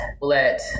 let